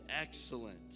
excellent